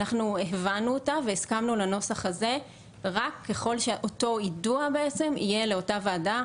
אנחנו הבנו אותה והסכמנו לנוסח הזה רק ככל שאותו יידוע יהיה לאותה ועדה,